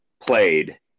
played